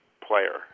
player